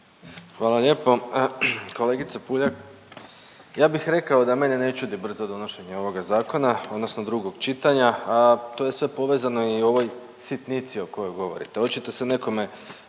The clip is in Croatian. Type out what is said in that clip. Hvala lijepo. Kolegice Puljak ja bih rekao da mene ne čudi brzo donošenje ovoga zakona odnosno drugog čitanja, a to je sve povezano i u ovoj sitnici o kojoj govorite.